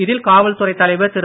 இதில் காவல்துறை தலைவர் திரு